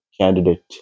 candidate